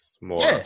more